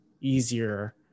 easier